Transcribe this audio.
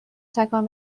تکان